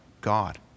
God